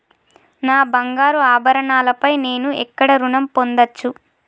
నా బంగారు ఆభరణాలపై నేను ఎక్కడ రుణం పొందచ్చు?